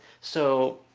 so